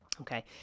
Okay